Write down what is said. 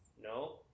no